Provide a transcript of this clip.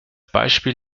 beispiel